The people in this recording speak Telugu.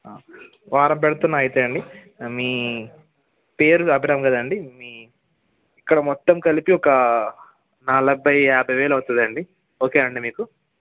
ఆ వారం పెడుతున్నాను అయితే అండి మీ పేరు అభిరామ్ కద అండి మీ ఇక్కడ మొత్తం కలిపి ఒక నలభై యాభై వేలు అవుతుంది అండి ఓకేనా అండి మీకు